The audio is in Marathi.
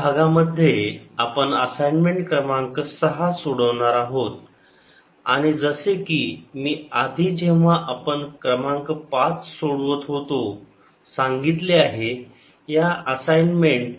प्रॉब्लेम 1 4 या भागांमध्ये आपण असाइन्मेंट क्रमांक सहा सोडवणार आहोत आणि जसे कि मी आधी जेव्हा आपण क्रमांक पाच सोडवत होतो सांगितले आहे या असाइनमेंट